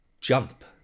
jump